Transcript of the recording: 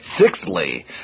Sixthly